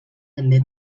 també